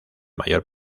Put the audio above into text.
mayor